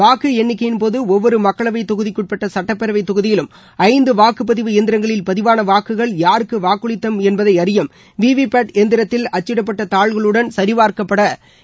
வாக்கு எண்ணிக்கையின் போது ஒவ்வொரு மக்களவைத் தொகுதிகுட்பட்ட சட்டப்பேரவைத் தொகுதியிலும் ஐந்து வாக்குப்பதிவு எந்திரங்களில் பதிவான வாக்குகள் யாருக்கு வாக்களித்தோம் என்பதை அறியும் வீ பேட் எந்திரத்தில் அச்சிடப்பட்ட தால்களுடன் சரிப்பார்க்கப்பட உள்ளது